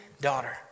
daughter